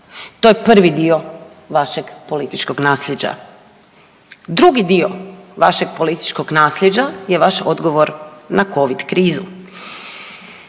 To je prvi dio vašeg političkog naslijeđa. Drugi dio vašeg političkog naslijeđa je vaš odgovor na covid krizu.